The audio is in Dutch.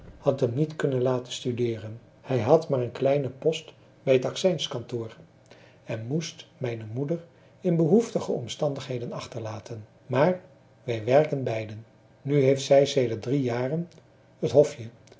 had hem niet kunnen laten studeeren hij had maar een kleinen post bij het accijnskantoor en moest mijne moeder in behoeftige omstandigheden achterlaten maar wij werken beide nu heeft zij sedert drie jaren het hofje